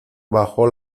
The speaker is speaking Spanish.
bajó